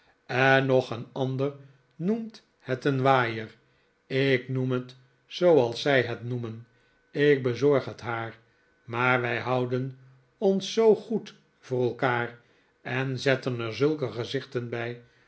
en nog een ander noemt het een waaier ik noem het zooals zij het noemen ik bezorg het haar maar wij houden ons zoo goed voor elkaar en zetten er zulke gezichten bij